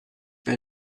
bei